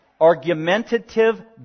argumentative